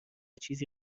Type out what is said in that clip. چیزی